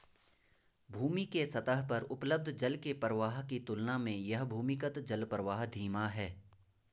भूमि के सतह पर उपलब्ध जल के प्रवाह की तुलना में यह भूमिगत जलप्रवाह धीमा है